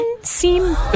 seem